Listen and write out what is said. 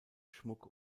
schmuck